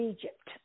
Egypt